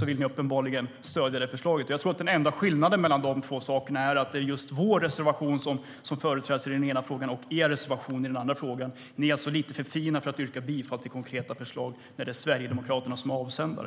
ni uppenbarligen stödja förslaget. Jag tror att den enda skillnaden är att det är just vår reservation som företräds i den ena frågan och er reservation i den andra frågan. Ni är alltså lite för fina för att yrka bifall till konkreta förslag när det är Sverigedemokraterna som är avsändare.